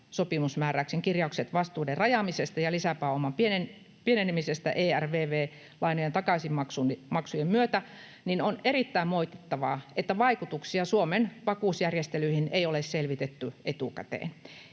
sopimusmääräyksen kirjaukset vastuiden rajaamisesta ja lisäpääoman pienenemisestä ERVV-lainojen takaisinmaksujen myötä, niin on erittäin moitittavaa, että vaikutuksia Suomen vakuusjärjestelyihin ei ole selvitetty etukäteen.